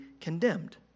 condemned